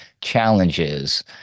challenges